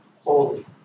holy